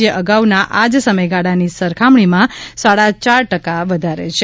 જે અગાઉના આજ સમયગાળાની સરખામણીમાં સાડા ચાર ટકા વધારે છે